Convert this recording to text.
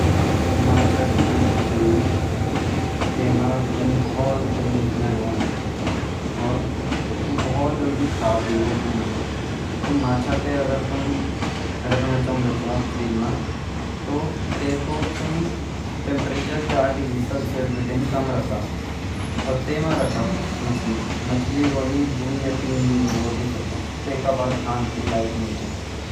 माछा जो छ तै म बटि न बहोत गंदी स्मैल ओंदी और सु बहोत जल्दी खराब भी हो जोंद। त माछा तै तुम रखण चोंद छ फ्रिज म तो तै क तुम टैम्प्रेचर चार डिग्री सैल्सियस बटिन कम रखा और तै म रखा मच्छली। मच्छली रौली दो या तीन दिन रौली तैक बाद खान पीन लायक होनी छ।